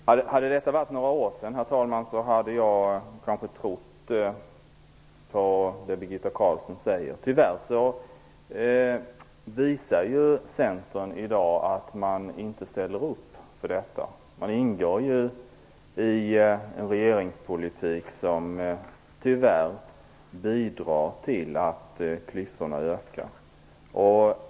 Herr talman! Hade detta varit för några år sedan hade jag kanske trott på det Birgitta Carlsson säger. Tyvärr visar ju Centern i dag att man inte ställer upp för detta. Man ingår i en regering som tyvärr bidrar till att klyftorna ökar.